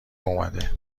اومده